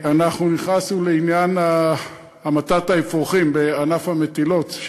אנחנו נכנסנו לעניין המתת האפרוחים בענף המטילות.